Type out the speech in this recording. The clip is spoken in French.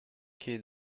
qué